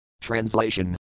Translation